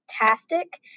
fantastic